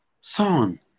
son